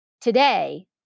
today